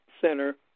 center